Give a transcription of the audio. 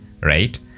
right